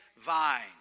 vine